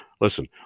Listen